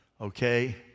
okay